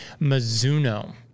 Mizuno